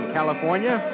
California